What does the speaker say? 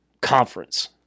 conference